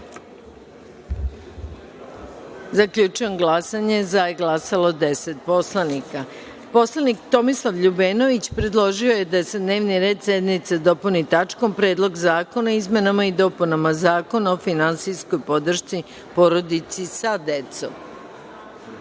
predlog. Zaključujem glasanje: za – 10 narodnih poslanika. Narodni poslanik Tomislav Ljubenović predložio je da se dnevni red sednice dopuni tačkom – Predlog zakona o izmenama i dopunama Zakona o finansijskoj podršci porodici sa decom. Da